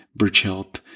Burchelt